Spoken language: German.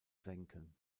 senken